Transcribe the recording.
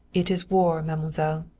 it is war, mademoiselle,